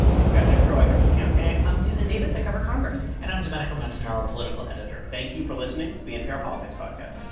i'm scott detrow. i cover the campaign i'm susan davis. i cover congress and i'm domenico montanaro, political editor thank you for listening to the npr politics podcast